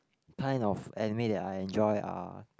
kind of anime that I enjoy are